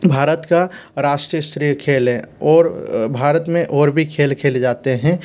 भारत का राष्ट्रीय श्रेय खेल है और भारत में और भी खेल खेले जाते हैं